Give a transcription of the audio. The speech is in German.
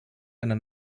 einer